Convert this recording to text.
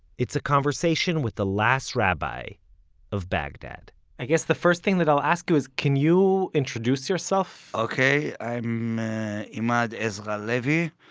it's a conversation with the last rabbi of baghdad i guess the first thing that i'll ask you is can you introduce yourself? ok, i am emad ezra levy.